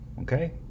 okay